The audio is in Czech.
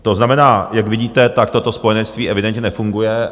To znamená, jak vidíte, tak toto spojenectví evidentně nefunguje.